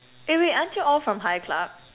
eh wait aren't you all from high club